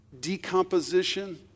decomposition